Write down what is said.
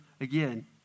again